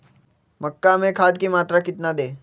मक्का में खाद की मात्रा कितना दे?